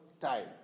time